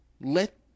let